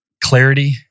clarity